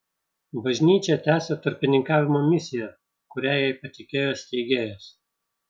bažnyčia tęsia tarpininkavimo misiją kurią jai patikėjo steigėjas